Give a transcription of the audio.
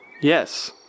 Yes